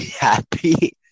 happy